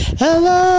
Hello